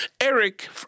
Eric